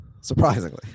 Surprisingly